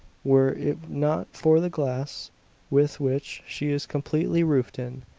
were it not for the glass with which she is completely roofed in,